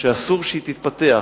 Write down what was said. שאסור שתתפתח.